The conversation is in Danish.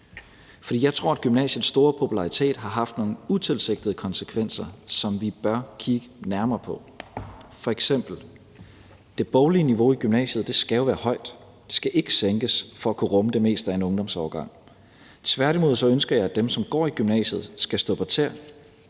jeg tror, at gymnasiets store popularitet har haft nogle utilsigtede konsekvenser, som vi bør kigge nærmere på. F.eks. skal det boglige niveau i gymnasiet jo være højt. Det skal ikke sænkes for at kunne rumme det meste af en ungdomsårgang. Tværtimod ønsker jeg, at dem, som går i gymnasiet, skal stå på tæer.